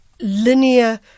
linear